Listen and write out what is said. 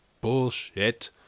Bullshit